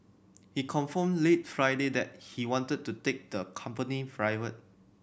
he confirmed late Friday that he wanted to take the company private